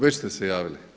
Već ste se javili?